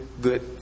good